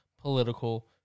political